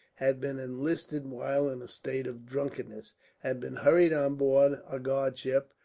had been enlisted while in a state of drunkenness had been hurried on board a guard ship,